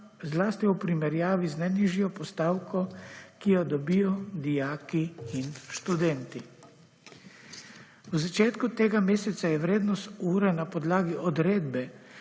zlasti ob primerjavi z najnižjo postavko, ki jo dobijo dijaki in študentje. V začetku tega meseca je vrednost ure na podlagi odredbe